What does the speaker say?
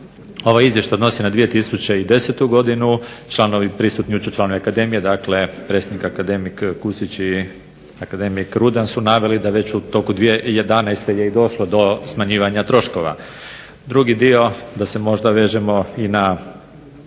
ovaj izvještaj odnosi na 2010. godinu, članovi prisutni jučer, članovi Akademije dakle predsjednik akademik Kusić i akademik Rudan su naveli da već u toku 2011. je i došlo do smanjivanja troškova. Drugi dio, da se možda vežemo i na